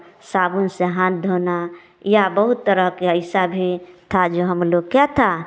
साबुन से हाथ धोना या बहुत तरह के ऐसा भी जो हम लोग क्या था